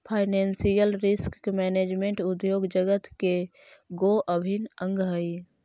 financial risk management उद्योग जगत के गो अभिन्न अंग हई